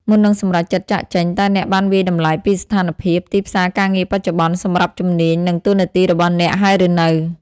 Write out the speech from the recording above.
មុននឹងសម្រេចចិត្តចាកចេញ តើអ្នកបានវាយតម្លៃពីស្ថានភាព ទីផ្សារការងារបច្ចុប្បន្ន សម្រាប់ជំនាញ និងតួនាទីរបស់អ្នកហើយឬនៅ?